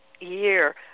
year